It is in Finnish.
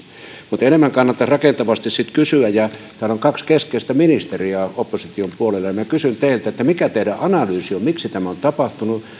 mutta enemmän kannattaisi rakentavasti sitten kysyä täällä on kaksi keskeistä ministeriä opposition puolella ja minä kysyn teiltä mikä teidän analyysinne on että miksi tämä on tapahtunut